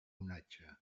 onatge